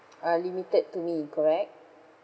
uh limited to me correct